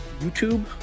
YouTube